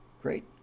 Great